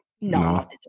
no